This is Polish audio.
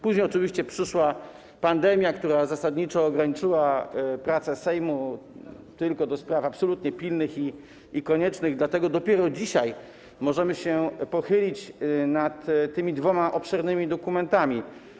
Później oczywiście przyszła pandemia, która zasadniczo ograniczyła prace Sejmu tylko do spraw absolutnie pilnych i koniecznych, dlatego dopiero dzisiaj możemy się pochylić nad tymi dwoma obszernymi dokumentami.